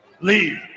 leave